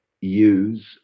use